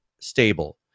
stable